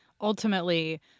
ultimately